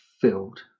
filled